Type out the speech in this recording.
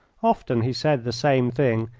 often he said the same thing,